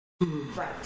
Right